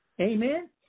Amen